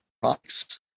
products